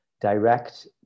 direct